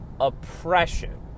oppression